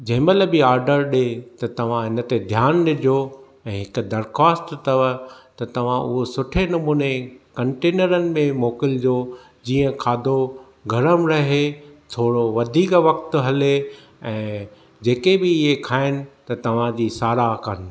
जंहिं महिल बि ऑडरु ॾिए त तव्हां हिन ते ध्यान ॾिजो ऐं हिक दरख़्वास्त अथव त तव्हां उहो सुठे नमूने कंटेनरनि में मोकलिजो जीअं खाधो गरमु रहे थोरो वधीक वक़्तु हले ऐं जेके बि इहे खाइनि त तव्हां जी साराह कनि